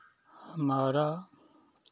हमारा